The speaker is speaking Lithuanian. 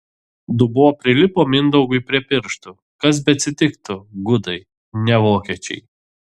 dubuo prilipo mindaugui prie pirštų kas beatsitiktų gudai ne vokiečiai